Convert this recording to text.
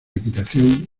equitación